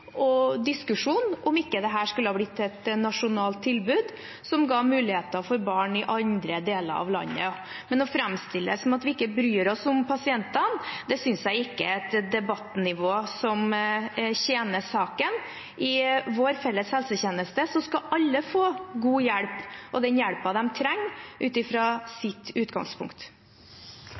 diskusjon om ikke dette skulle ha blitt et nasjonalt tilbud som ga muligheter for barn i andre deler av landet. Men å framstille det som at vi ikke bryr oss om pasientene, synes jeg ikke er et debattnivå som tjener saken. I vår felles helsetjeneste skal alle få god hjelp – den hjelpen de trenger ut ifra sitt utgangspunkt.